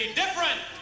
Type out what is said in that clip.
different